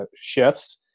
shifts